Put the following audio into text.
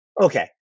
Okay